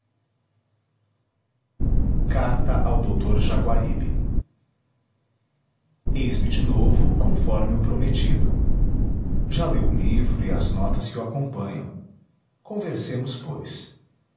e o r aguaribe is me de novo conforme o prometido já leu o livro e as notas que o acompanham conversemos pois